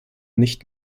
nicht